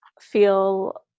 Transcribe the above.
feel